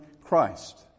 Christ